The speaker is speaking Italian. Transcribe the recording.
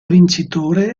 vincitore